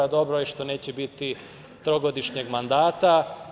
Dobro je što neće biti trogodišnjeg mandata.